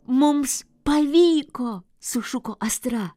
mums pavyko sušuko astra